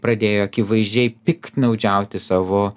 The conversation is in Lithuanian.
pradėjo akivaizdžiai piktnaudžiauti savo